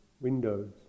windows